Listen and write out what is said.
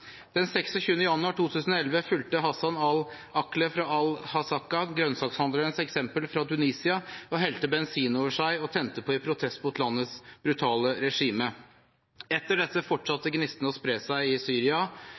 Den 26. januar 2011 fulgte Hasan Ali Akleh fra Al-Hasakah grønnsakshandleren fra Tunisias eksempel og helte bensin over seg og tente på i protest mot landets brutale regime. Etter dette fortsatte gnistene å spre seg i Syria,